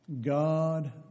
God